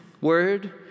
word